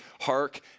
Hark